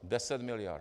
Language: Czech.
Deset miliard!